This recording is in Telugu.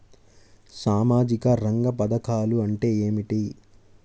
సామాజిక రంగ పధకాలు అంటే ఏమిటీ?